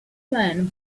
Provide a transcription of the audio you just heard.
man